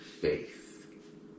faith